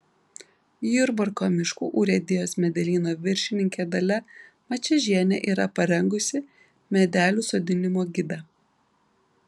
jurbarko miškų urėdijos medelyno viršininkė dalia mačiežienė yra parengusi medelių sodinimo gidą